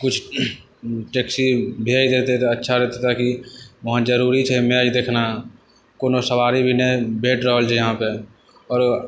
किछु टैक्सी भेज देतै तऽ अच्छा रहतै ताकि वहाँ जरूरी छै मैच देखना कोनो सवारी भी नहि भेट रहल छै यहाँपर आओर